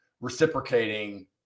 reciprocating